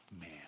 man